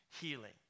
healing